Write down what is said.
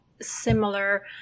similar